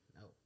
no